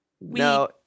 No